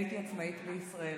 הייתי עצמאית בישראל.